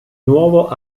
nuovo